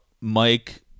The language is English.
Mike